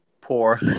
poor